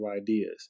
ideas